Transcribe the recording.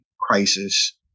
crisis